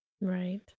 right